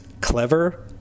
clever